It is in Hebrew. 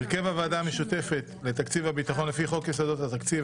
הרכב הוועדה המשותפת לתקציב הביטחון לפי חוק יסודות התקציב,